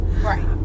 Right